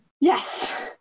Yes